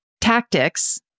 tactics